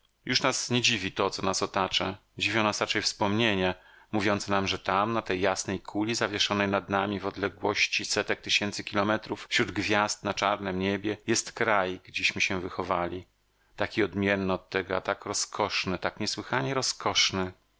już nas nie dziwi to co nas otacza dziwią nas raczej wspomnienia mówiące nam że tam na tej jasnej kuli zawieszonej nad nami w odległości setek tysięcy kilometrów wśród gwiazd na czarnem niebie jest kraj gdzieśmy się wychowali taki odmienny od tego a tak rozkoszny tak niesłychanie rozkoszny